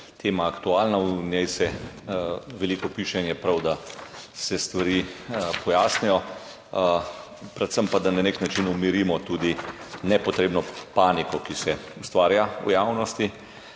tema aktualna, o njej se veliko piše in je prav, da se stvari pojasnijo, predvsem pa da na nek način umirimo tudi nepotrebno paniko, ki se ustvarja v javnosti.